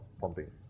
pumping